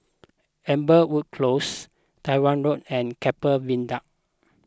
Amberwood Close Tyrwhitt Road and Keppel Viaduct